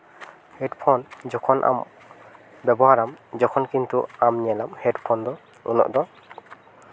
headphone ᱡᱚᱠᱷᱚᱱ ᱟᱢ ᱵᱮᱵᱚᱦᱟᱨᱟᱢ ᱡᱚᱠᱷᱚᱱ ᱠᱤᱱᱛᱩ ᱟᱢ ᱧᱮᱞᱟᱢ ᱦᱮᱹᱰᱯᱷᱳᱱ ᱫᱚ ᱩᱱᱟᱹᱜ ᱫᱚ